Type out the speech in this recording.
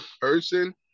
person